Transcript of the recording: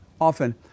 often